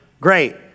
Great